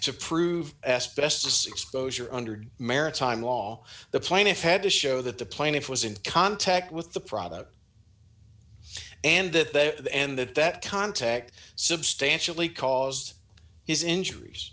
to prove asbestos exposure under maritime law the plaintiff had to show that the plaintiff was in contact with the product and that they and that that contact substantially caused his injuries